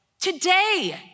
today